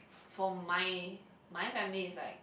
from my my family is like